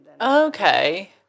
okay